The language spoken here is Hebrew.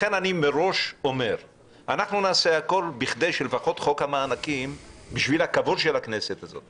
לכן אני אומר מראש שאנחנו נעשה הכול בשביל הכבוד של הכנסת הזאת